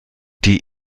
die